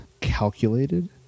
calculated